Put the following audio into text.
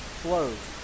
flows